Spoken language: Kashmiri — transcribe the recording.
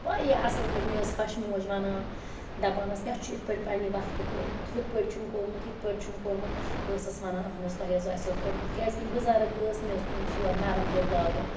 وارِیاہ اَصٕل پٲٹھۍ مےٚ ٲس ہَش موج وَنان دَپان ٲس مےٚ چھُ یِتھ پٲٹھۍ پَننہِ وَقتہٕ کوٚرمُت ہُتھ پٲٹھۍ چھُم کوٚرمُت یِتھ پٲٹھۍ چھُم کوٚرمُت بہٕ ٲسٕس وَنان اَہَن حٕظ تۄہہِ حٕظ آسِہو کوٚرمُت کیازکہِ بُزَرٕگ ٲس مےٚ اوس تٔمِس یورٕ نَرن دِل لاگُن